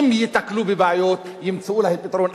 אם ייתקלו בבעיות ימצאו להן פתרון,